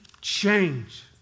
change